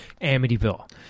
Amityville